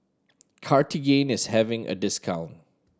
Cartigain is having a discount